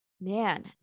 man